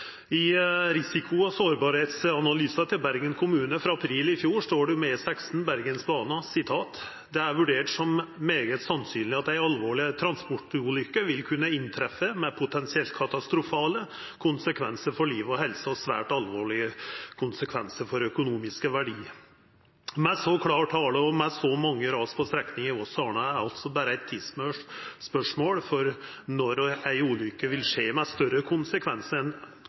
I Bergen kommune si risiko- og sårbarheitsanalyse frå april i fjor står det om E16 og Bergensbanen at det er vurdert som svært sannsynleg at ei alvorleg transportulykke vil kunne inntreffa, med potensielt katastrofale konsekvensar for liv og helse og svært alvorlege konsekvensar for økonomiske verdiar. Med ein så klar tale og med så mange ras på strekninga Voss–Arna er det berre eit tidsspørsmål når ei ulykke med større konsekvensar enn